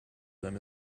them